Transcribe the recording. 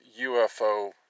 UFO